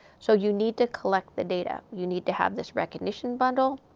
so you need to collect the data. you need to have this recognition bundle.